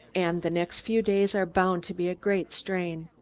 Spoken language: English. and the next few days are bound to be a great strain.